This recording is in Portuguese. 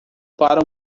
para